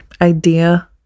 idea